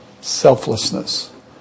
Selflessness